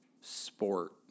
sport